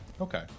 Okay